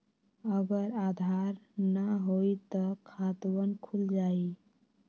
अगर आधार न होई त खातवन खुल जाई?